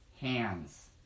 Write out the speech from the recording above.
hands